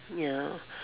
ya